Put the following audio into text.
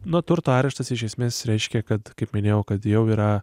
nu turto areštas iš esmės reiškia kad kaip minėjau kad jau yra